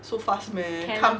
so fast meh come